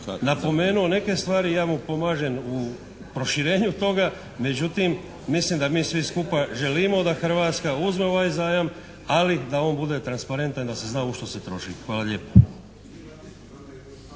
napomenuo neke stvari, ja mu pomažem u proširenju toga. Međutim mislim da mi svi skupa želimo da Hrvatska uzme ovaj zajam, ali da on bude transparentan da se zna u što se troši. Hvala lijepa.